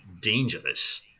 dangerous